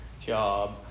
job